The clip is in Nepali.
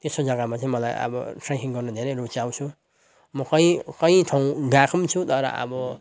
त्यस्तो जग्गामा चाहिँ मलाई अब ट्रेकिङ गर्नु धेरै रुचाउँछु म कहीँ कहीँ ठाउँ गएको पनि छु तर अब